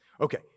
Okay